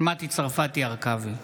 מטי צרפתי הרכבי,